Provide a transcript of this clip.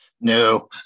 No